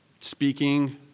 speaking